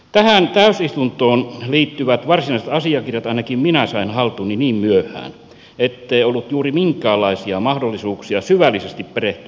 tähän täysistuntoon liittyvät varsinaiset asiakirjat ainakin minä sain haltuuni niin myöhään ettei ollut juuri minkäänlaisia mahdollisuuksia syvällisesti pidetty